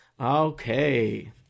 Okay